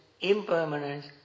impermanence